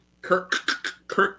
Kirk